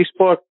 Facebook